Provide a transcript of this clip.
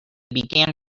begin